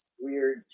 weird